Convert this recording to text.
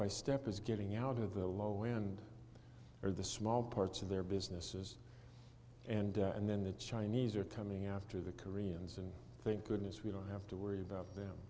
by step is getting out of the low end or the small parts of their businesses and and then the chinese are coming after the koreans and think goodness we don't have to worry about them